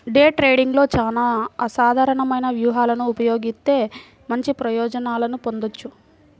day ట్రేడింగ్లో చానా అసాధారణమైన వ్యూహాలను ఉపయోగిత్తే మంచి ప్రయోజనాలను పొందొచ్చు